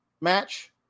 match